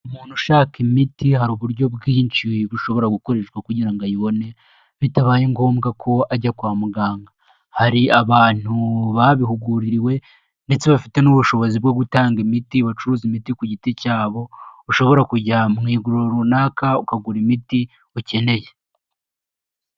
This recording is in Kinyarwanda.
Umuntu ushaka imiti hari uburyo bwinshi bushobora gukoreshwa kugira ngo ayibone, bitabaye ngombwa ko ajya kwa muganga, hari abantu babihuguriwe, ndetse bafite n'ubushobozi bwo gutanga imiti bacuruze imiti ku giti cyabo ushobora kujya mu iguriro runaka ukagura imiti ukeneye.